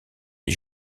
est